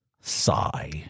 sigh